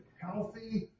healthy